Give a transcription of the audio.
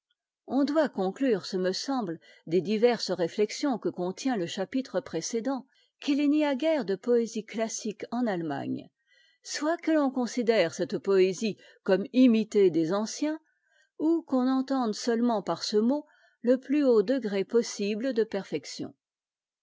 on doit conclure ce me semble des diverses réflexions que contient le chapitre précédent qu'il n'y a guère de poésie classique en allemagne soit que l'on considère cette poésie comme imitée des anciens ou qu'on entende seulement par ce mot le plus haut degré possible de perfection